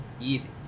easy